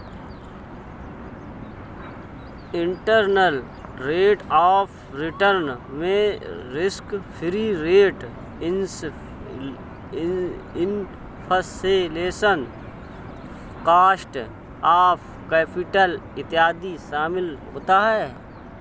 internal rate of return में risk free rate, inflation, cost of capital इत्यादि शामिल होता है